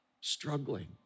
struggling